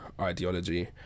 ideology